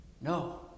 No